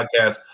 podcast